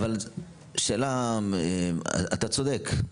אתה צודק,